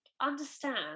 understand